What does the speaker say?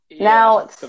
Now